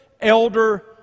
Elder